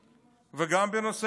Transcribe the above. וגם בנושא השני,